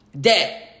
Dead